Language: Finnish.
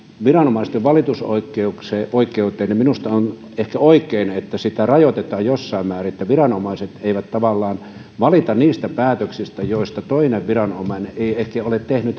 viranomaisten valitusoikeuteen niin minusta on ehkä oikein että sitä rajoitetaan jossain määrin että viranomaiset eivät tavallaan valita niistä päätöksistä joista toinen viranomainen ei heidän mielestään ehkä ole tehnyt